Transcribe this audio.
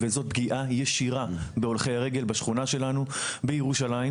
וזו פגיעה ישירה בהולכי הרגל בשכונה שלנו בירושלים,